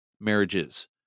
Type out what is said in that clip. marriages